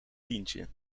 tientje